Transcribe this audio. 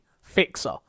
Fixer